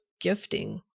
gifting